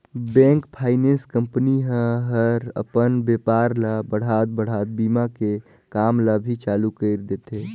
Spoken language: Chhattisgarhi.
बेंक, फाइनेंस कंपनी ह हर अपन बेपार ल बढ़ात बढ़ात बीमा के काम ल भी चालू कइर देथे